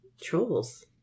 trolls